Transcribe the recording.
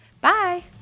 Bye